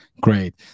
great